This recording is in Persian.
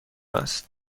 است